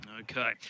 Okay